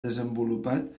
desenvolupat